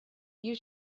you